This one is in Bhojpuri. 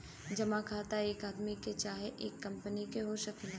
जमा खाता एक आदमी के चाहे एक कंपनी के हो सकेला